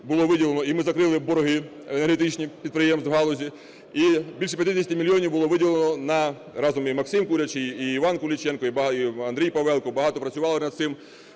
було виділено, і ми закрили борги енергетичні підприємств галузі, і більше 50 мільйонів було виділено на… разом, і Максим Курячий, і Іван Куліченко, і Андрій Павелко багато працювали над цим,